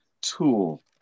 tool